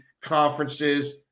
conferences